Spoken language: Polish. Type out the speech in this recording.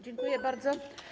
Dziękuję bardzo.